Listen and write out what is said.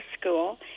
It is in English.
school